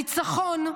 הניצחון,